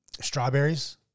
strawberries